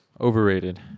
overrated